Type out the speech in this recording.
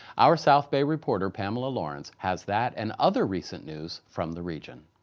our south bay reporter pamela lorence has that and other recent news from the region.